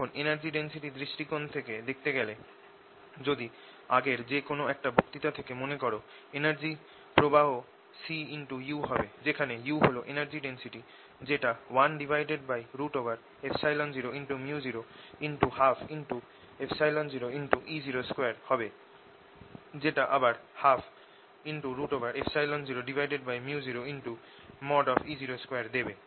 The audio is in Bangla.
এখন এনার্জি ডেন্সিটি দৃষ্টিকোণ থেকে দেখতে গেলে যদি আগের যে কোন একটা বক্তৃতা থেকে মনে কর এনার্জি প্রবাহ cu হবে যেখানে u হল এনার্জি ডেন্সিটি যেটা 10µ0120E02 হবে যেটা আবার 120µ0E02 দেবে